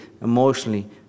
emotionally